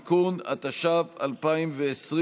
(תיקון), התש"ף 2020,